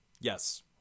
Yes